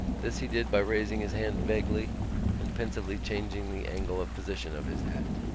this he did by raising his hand vaguely and pensively changing the angle of position of his hat.